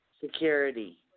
security